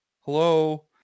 hello